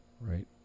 right